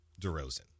DeRozan